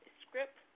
script